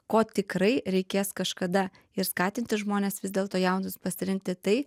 ko tikrai reikės kažkada ir skatinti žmones vis dėlto jaunus pasirinkti tai